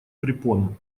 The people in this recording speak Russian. препон